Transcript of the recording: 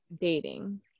dating